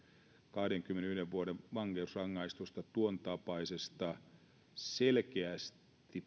kahdenkymmenenyhden vuoden vankeusrangaistus tuontapaisesta selkeästi